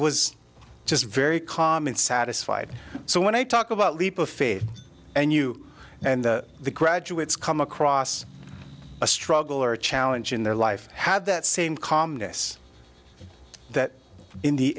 was just very calm and satisfied so when i talk about leap of faith and you and the graduates come across a struggle or a challenge in their life had that same calmness that in the